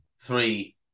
three